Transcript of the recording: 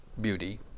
beauty